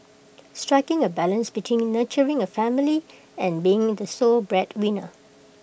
striking A balance between nurturing A family and being the sole breadwinner